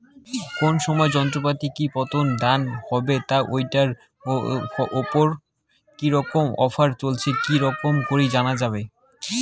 কোন সময় যন্ত্রপাতির কি মতন দাম হবে বা ঐটার উপর কি রকম অফার চলছে কি রকম করি জানা যাবে?